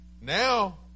now